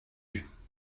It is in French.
vues